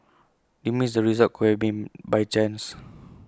this meant the results could have been by chance